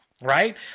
right